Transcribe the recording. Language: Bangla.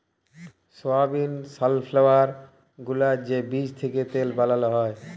সয়াবিল, সালফ্লাওয়ার গুলার যে বীজ থ্যাকে তেল বালাল হ্যয়